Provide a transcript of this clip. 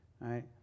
right